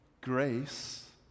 Grace